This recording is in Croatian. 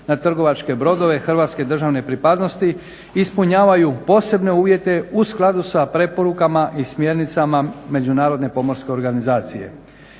na trgovačke brodove hrvatske državne pripadnosti ispunjavaju posebne uvjete u skladu sa preporukama i smjernicama Međunarodne pomorske organizacije.